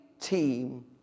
team